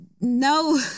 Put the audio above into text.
No